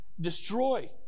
destroy